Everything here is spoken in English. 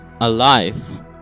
alive